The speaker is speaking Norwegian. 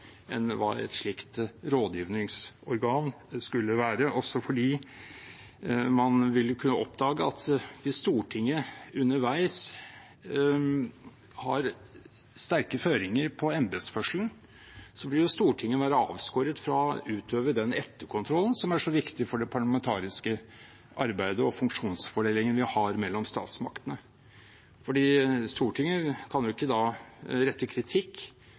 et slikt rådgivningsorgan skulle gjøre, også fordi man ville kunne oppdage at hvis Stortinget underveis har sterke føringer på embetsførselen, vil Stortinget være avskåret fra å utøve den etterkontrollen som er så viktig for det parlamentariske arbeidet og funksjonsfordelingen vi har mellom statsmaktene. For Stortinget kan jo ikke da rette kritikk